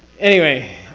anyway.